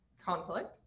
conflict